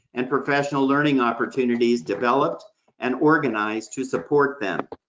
and professional learning opportunities developed and organized to support them.